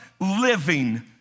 living